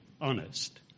honest